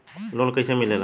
Loan कईसे मिलेला?